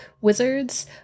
wizards